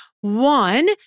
One